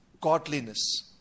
godliness